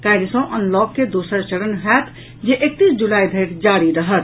काल्हि सँ अनलॉक के दोसर चरण होयत जे एकतीस जुलाई धरि जारी रहत